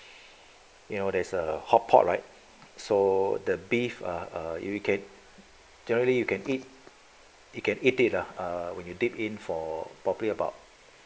you know there's a hotpot right so the beef err err you can directly you can eat you can eat it lah err when you dip in for probably about